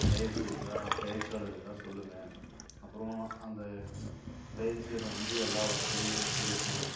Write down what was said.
பயிற்சி இருந்தால் பயிற்சியாளர் இருந்தால் சொல்லுங்கள் அப்புறம் அந்த பயிற்சி இடம் வந்து எல்லா வசதியும் இருக்கணும்